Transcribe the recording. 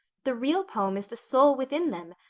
the real poem is the soul within them.